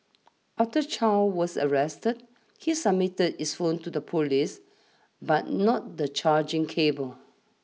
after Chow was arrested he submitted his phone to the police but not the charging cable